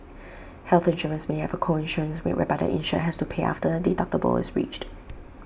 health insurance may have A co insurance rate whereby the insured has to pay after the deductible is reached